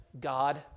God